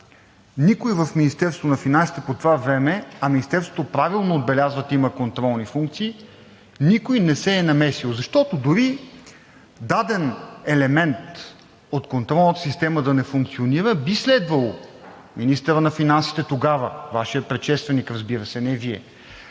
никой в Министерството на финансите по това време, а Министерството, правилно отбелязвате, има контролни функция, никой не се е намесил? Защото дори даден елемент от контролната система да не функционира, би следвало министърът на финансите – тогава, Вашият предшественик, разбира се, не Вие,